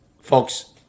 folks